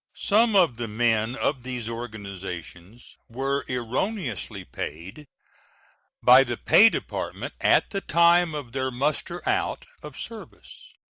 some of the men of these organizations were erroneously paid by the pay department at the time of their muster out of service,